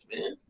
man